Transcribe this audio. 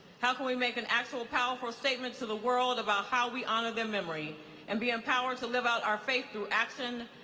how can we make an actual powerful statement to the world about how we honor their memory and be empowered to live out our faith through action,